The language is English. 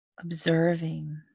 observing